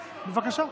בבקשה.